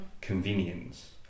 convenience